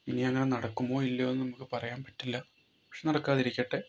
ഇനിയെങ്ങനെ നടക്കുമോ ഇല്ലയോ എന്ന് നമുക്ക് പറയാൻ പറ്റില്ല പക്ഷേ നടക്കാതിരിക്കട്ടെ